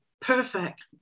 perfect